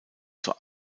zur